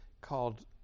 called